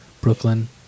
Brooklyn